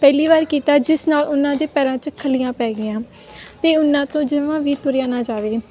ਪਹਿਲੀ ਵਾਰ ਕੀਤਾ ਜਿਸ ਨਾਲ ਉਹਨਾਂ ਦੇ ਪੈਰਾਂ 'ਚ ਖੱਲੀਆਂ ਪੈ ਗਈਆਂ ਅਤੇ ਉਹਨਾਂ ਤੋਂ ਜਮਾਂ ਵੀ ਤੁਰਿਆ ਨਾ ਜਾਵੇ